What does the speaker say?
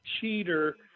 cheater